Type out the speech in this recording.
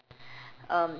um